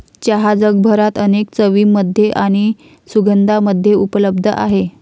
चहा जगभरात अनेक चवींमध्ये आणि सुगंधांमध्ये उपलब्ध आहे